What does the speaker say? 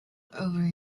over